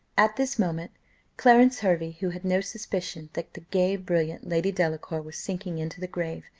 at this moment clarence hervey, who had no suspicion that the gay, brilliant lady delacour was sinking into the grave,